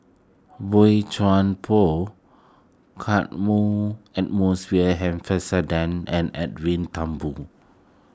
Boey Chuan Poh and Shepherdson and Edwin Thumboo